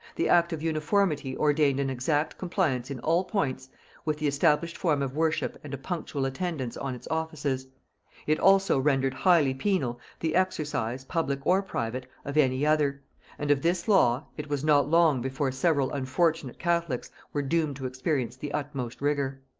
the act of uniformity ordained an exact compliance in all points with the established form of worship and a punctual attendance on its offices it also rendered highly penal the exercise, public or private, of any other and of this law it was not long before several unfortunate catholics were doomed to experience the utmost rigor.